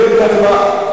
הוא לא מתכוון.